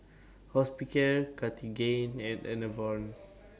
Hospicare Cartigain and Enervon